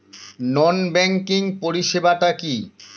নন banking পরিষেবা টা কি?